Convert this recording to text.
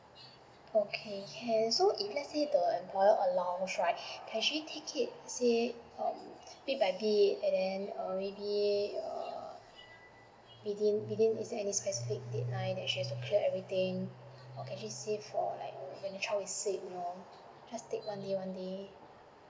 okay can so if let's say the employer allow right can she take it say bit by bit and then err maybe within within is there any specific deadline that she has to clear everything or can she save for like when the child is sick you know just take one day one day